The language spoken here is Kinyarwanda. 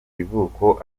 ivuko